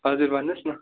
हजुर भन्नुहोस् न